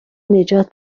نجات